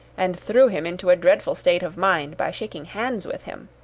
and threw him into a dreadful state of mind by shaking hands with him.